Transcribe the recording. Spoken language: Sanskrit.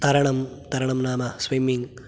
तरणं तरणं नाम स्विम्मिङ्ग्